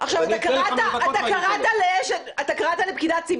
את מדברת על סעיף 15 ואין בו כלום.